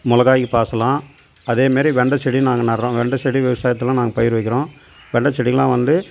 மிளகாய்கி பாசைலாம் அதேமாரி வெண்டை செடியும் நாங்கள் நடுகிறோம் வெண்டை செடி விவசாயத்தில் நாங்கள் பயிர் வைக்கிறோம் வெண்டை செடிக்குலாம் வந்து